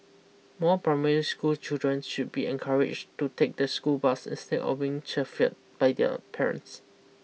more primary school children should be encouraged to take the school buses instead of being chauffeured by their parents